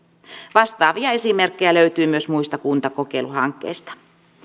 vastaavia esimerkkejä löytyy myös muista kuntakokeiluhankkeista